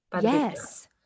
Yes